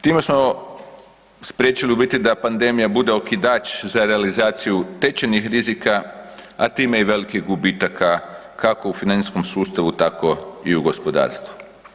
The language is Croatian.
Time smo spriječili u biti da pandemija bude okidač za realizaciju tečajnih rizika a time i velikih gubitaka kako u financijskom sustavu, tako i u gospodarstvu.